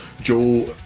Joe